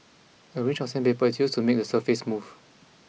a range of sandpaper is used to make the surface smooth